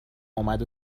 اومد